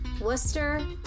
Worcester